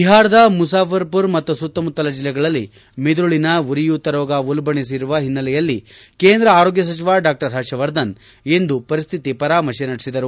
ಬಿಹಾರದ ಮುಜಾ ಫರ್ಪುರ್ ಮತ್ತು ಸುತ್ತಮುತ್ತಲ ಜಿಲ್ಲೆಗಳಲ್ಲಿ ಮಿದುಳಿದ ಉರಿಯೂತ ರೋಗ ಉಲ್ಪಣಿಸಿರುವ ಹಿನ್ನೆಲೆಯಲ್ಲಿ ಕೇಂದ್ರ ಆರೋಗ್ಯ ಸಚಿವ ಡಾ ಹರ್ಷವರ್ಧನ್ ಇಂದು ಪರಿಸ್ಹಿತಿ ಪರಾಮರ್ತೆ ನಡೆಸಿದರು